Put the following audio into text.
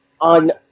on